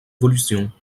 évolutions